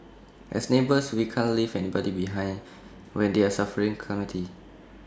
as neighbours we can't leave anybody behind when they're suffering A calamity